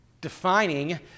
defining